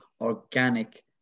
organic